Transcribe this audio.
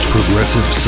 Progressive